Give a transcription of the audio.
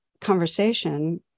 conversation